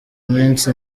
minsi